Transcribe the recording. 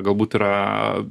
galbūt yra